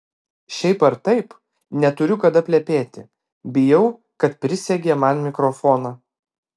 šiaip ar taip neturiu kada plepėti bijau kad prisegė man mikrofoną